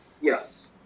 yes